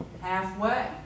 halfway